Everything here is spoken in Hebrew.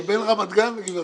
אני בין רמת גן לגבעת שמואל.